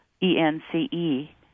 E-N-C-E